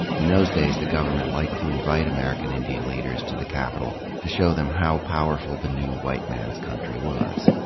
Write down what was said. in those days, the government liked to invite american indian leaders to the capital to show them how powerful the new white man's country was.